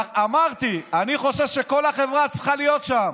אמרתי: אני חושב שכל החברה צריכה להיות שם.